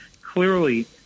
clearly